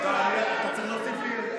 טוב, אתה צריך להוסיף לי.